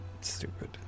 stupid